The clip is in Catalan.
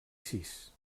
sis